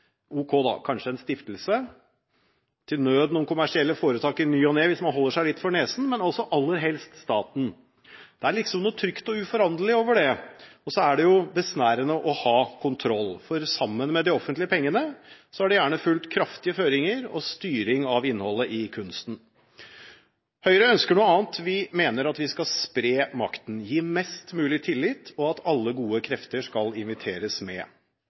Ok, det kan kanskje være en stiftelse, til nød noen kommersielle foretak i ny og ne, hvis man holder seg litt for nesen, men aller helst staten. Det er liksom noe trygt og uforanderlig over det. Og så er det jo besnærende å ha kontroll. Med de offentlige pengene har det gjerne fulgt kraftige føringer og styring av innholdet i kunsten. Høyre ønsker noe annet. Vi mener at vi skal spre makten, gi mest mulig tillit, og at alle gode krefter skal inviteres med.